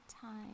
time